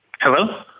hello